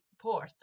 port